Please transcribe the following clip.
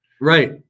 Right